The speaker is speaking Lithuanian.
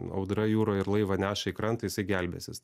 audra jūroj ir laivą neša į krantą jisai gelbėsis